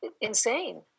insane